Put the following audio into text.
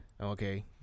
okay